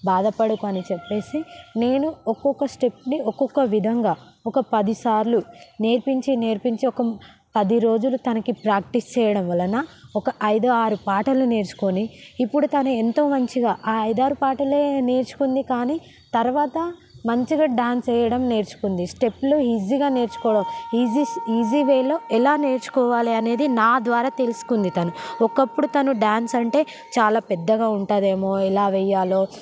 బాధపడకు అని చెప్పేసి నేను ఒక్కొక్క స్టెప్ని ఒక్కొక్క విధంగా ఒక పది సార్లు నేర్పించే నేర్పించే ఒక పది రోజులు తనకి ప్రాక్టీస్ చేయడం వలన ఒక ఐదు ఆరు పాటలు నేర్చుకొని ఇప్పుడు తను ఎంతో మంచిగా ఆ ఐదు ఆరు పాటలే నేర్చుకుంది కానీ తర్వాత మంచిగా డ్యాన్స్ వేయడం నేర్చుకుంది స్టెప్పులు ఈజీగా నేర్చుకోవడం ఈజీ ఈజీ వేలో ఎలా నేర్చుకోవాలి అనేది నా ద్వారా తెలుసుకుంది తను ఒకప్పుడు డ్యాన్స్ అంటే చాలా పెద్దగా ఉంటుందేమో ఎలా వేయాలో